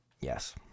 Yes